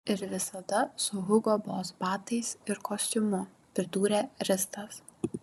ir visada su hugo boss batais ir kostiumu pridūrė ristas